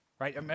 Right